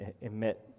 emit